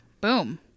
Boom